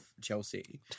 Chelsea